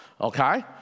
Okay